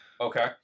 okay